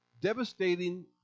devastating